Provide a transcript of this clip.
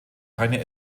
keine